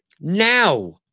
Now